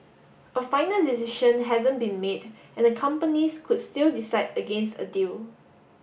a final decision hasn't been made and the companies could still decide against a deal